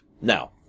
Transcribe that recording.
Now